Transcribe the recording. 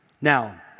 Now